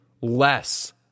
less